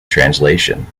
translation